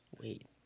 wait